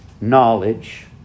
knowledge